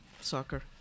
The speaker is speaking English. soccer